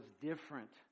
different